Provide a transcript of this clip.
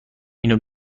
اینو